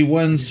one